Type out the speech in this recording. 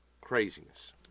Craziness